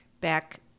back